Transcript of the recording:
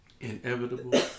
inevitable